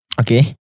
okay